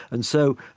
and so,